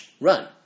run